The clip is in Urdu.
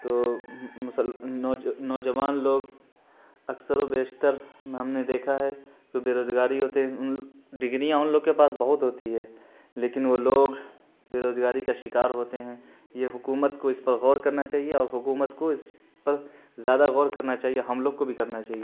تو نوجوان لوگ اکثر و بیشتر ہم نے دیکھا ہے کہ وہ بیروزگاری ہوتے ہیں ان ڈگریاں ان لوگ کے پاس بہت ہوتی ہے لیکن وہ لوگ بیروزگاری کا شکار ہوتے ہیں یہ حکومت کو اس پر غور کرنا چاہیے اور حکومت کو اس پر زیادہ غور کرنا چاہیے ہم لوگ کو بھی کرنا چاہیے